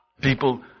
people